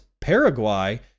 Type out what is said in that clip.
Paraguay